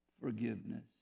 forgiveness